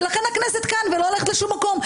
ולכן הכנסת כאן ולא הולכת לשום מקום.